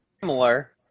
...similar